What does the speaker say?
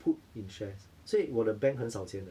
put in shares 所以我的 bank 很少钱的